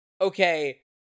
okay